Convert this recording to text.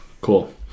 Cool